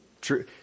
True